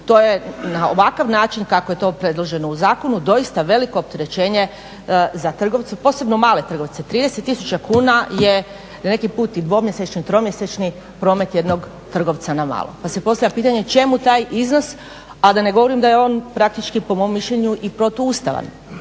To je na ovakav način kako je to predloženo u zakonu doista veliko opterećenje za trgovce posebno male trgovce, 30 tisuća kuna je neki put i dvomjesečno, tromjesečni promet jednog trgovca na malo. Pa se postavlja pitanje čemu taj iznos a da ne govorim da je on praktički po mom mišljenju i protuustavan